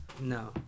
No